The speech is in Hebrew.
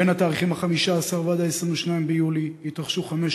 בין התאריכים 15 ו-22 ביולי התרחשו חמש